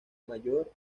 mayor